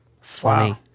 funny